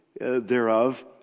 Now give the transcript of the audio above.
thereof